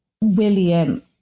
William